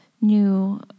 new